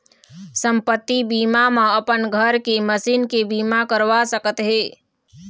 संपत्ति बीमा म अपन घर के, मसीन के बीमा करवा सकत हे